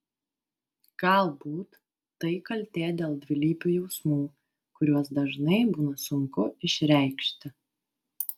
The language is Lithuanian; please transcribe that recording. galbūt tai kaltė dėl dvilypių jausmų kuriuos dažnai būna sunku išreikšti